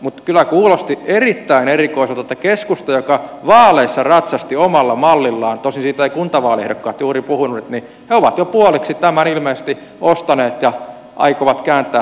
mutta kyllä kuulosti erittäin erikoiselta että keskusta joka vaaleissa ratsasti omalla mallillaan tosin siitä eivät kuntavaaliehdokkaat juuri puhuneet on jo puoliksi tämän ilmeisesti ostanut ja aikoo kääntää takkiansa